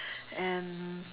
and